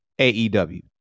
AEW